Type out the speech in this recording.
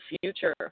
future